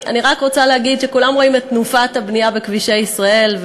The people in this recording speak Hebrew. אני רק רוצה להגיד שכולם רואים את תנופת הבנייה בכבישי ישראל,